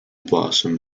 blossom